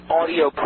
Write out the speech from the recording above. audio